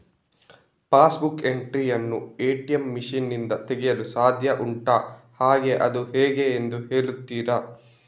Pass book entry ಯನ್ನು ATM machine ನಿಂದ ತೆಗೆಯಲು ಸಾಧ್ಯ ಉಂಟಾ ಹಾಗೆ ಅದು ಹೇಗೆ ಎಂದು ಹೇಳುತ್ತೀರಾ?